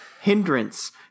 hindrance